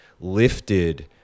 lifted